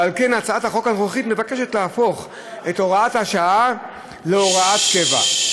ועל כן הצעת החוק הנוכחית מבקשת להפוך את הוראת השעה להוראת קבע.